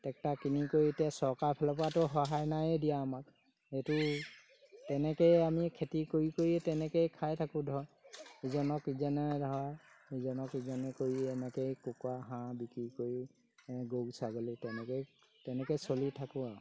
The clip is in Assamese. টেক্টাৰ কিনি কৰি এতিয়া চৰকাৰ ফালৰ পৰাটো সহায় নায়েই দিয়া আমাক সেইটো তেনেকৈয়ে আমি খেতি কৰি কৰি তেনেকৈয়ে খাই থাকোঁ ধৰ ইজনে ধৰ ইজনক ইজনে কৰি এনেকেই কুকুৰা হাঁহ বিক্ৰী কৰি গৰু ছাগলী তেনেকৈয়ে তেনেকৈ চলি থাকোঁ আৰু